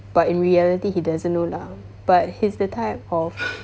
but in reality he doesn't know lah but he's the type of